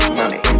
money